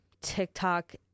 TikTok